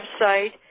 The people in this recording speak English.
website